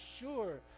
sure